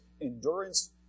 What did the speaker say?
endurance